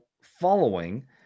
following